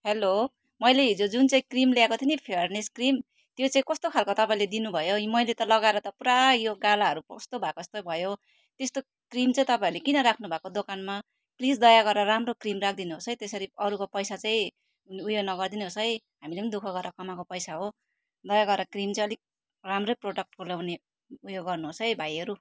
hello मैले हिजो जुन चाहिँ क्रिम ल्याएको थिएँ फेयरनेस क्रिम त्यो चाहिँ कस्तो खालको तपाईँले दिनुभयो मैले त लगाएर त पुरा यो गालाहरू कस्तो भएको जस्तो भयो त्यस्तो क्रिम चाहिँ तपाईँहरूले किन राख्नुभएको दोकानमा प्लिज दया गरेर राम्रो क्रिम राखिदिनु होस् है त्यसरी अरूको पैसा चाहिँ उयो नगरी दिनुहोस् है हामीले दुःख गरेर कमाएको पैसा हो दया गरेर क्रिम चाहिँ अलिक राम्रै प्रडक्टको लगाउने उयो गर्नुहोस् है भाइहरू